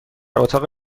اتاق